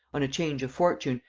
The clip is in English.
on a change of fortune,